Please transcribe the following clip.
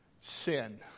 sin